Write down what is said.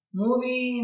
movie